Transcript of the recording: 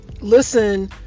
listen